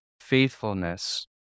faithfulness